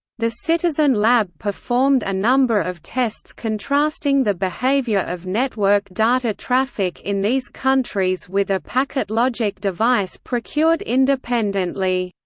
the citizen lab performed a number of tests contrasting the behaviour of network data traffic in these countries with a packetlogic device procured independently.